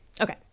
okay